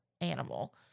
animal